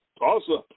awesome